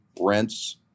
rents